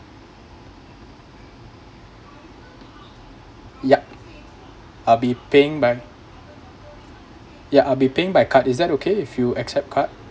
yup I'll be paying by ya I'll be paying by card is that okay if you accept card